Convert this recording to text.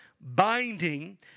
binding